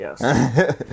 yes